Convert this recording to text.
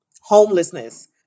homelessness